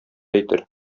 әйтер